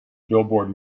billboard